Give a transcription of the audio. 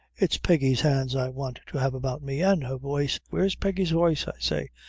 it's peggy's hands i want to have about me, an' her voice. where's peggy's voice, i say?